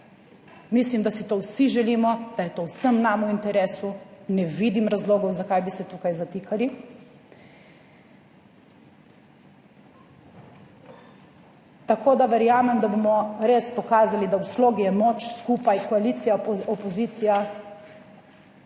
Mislim, da si to vsi želimo, da je to vsem nam v interesu, ne vidim razlogov, zakaj bi se tukaj zatikali. Tako da verjamem, da bomo res pokazali, da v slogi je moč skupaj koalicija, opozicija